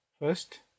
first